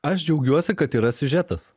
aš džiaugiuosi kad yra siužetas